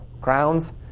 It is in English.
Crowns